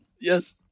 Yes